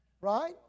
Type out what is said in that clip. Right